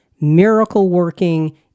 miracle-working